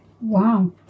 Wow